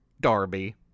Darby